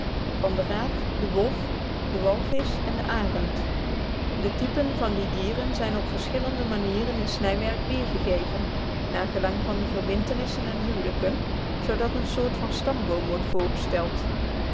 van den raaf den wolf den walvisch en den arend de typen van die dieren zijn op verschillende manieren in snijwerk weer gegeven naar gelang van de verbintenissen en huwelijken zoodat een soort van stamboom wordt voorgesteld